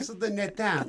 visada ne ten